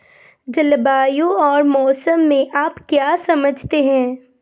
जलवायु और मौसम से आप क्या समझते हैं?